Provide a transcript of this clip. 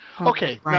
Okay